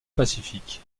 pacifique